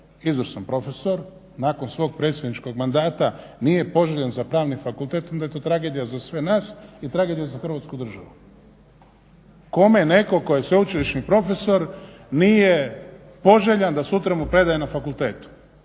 izvrstan profesor nakon svog predsjedničkog mandata nije poželjan za Pravni fakultet onda je to tragedija za sve nas i tragedija za Hrvatsku državu. Kome je netko tko je sveučilišni profesor nije poželjan da sutra mu predaje na fakultetu